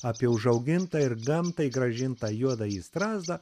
apie užaugintą ir gamtai grąžintą juodąjį strazdą